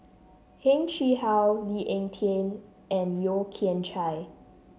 Heng Chee How Lee Ek Tieng and Yeo Kian Chye